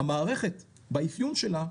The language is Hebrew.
המערכת באפיון שלה,